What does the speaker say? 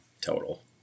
total